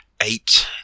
eight